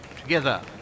together